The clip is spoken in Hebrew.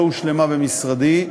לא הושלמה במשרדי,